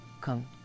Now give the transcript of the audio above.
come